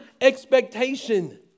expectation